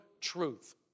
truth